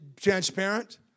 transparent